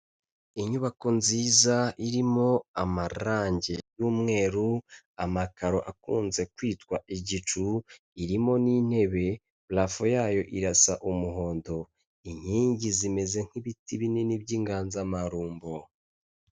Inyubako nziza irimo amarangi y'umweru, amakaro akunze kwitwa igicu, irimo n'intebe, purafo yayo irasa umuhondo, inkingi zimeze nk'ibiti binini by'inganzamarumbo.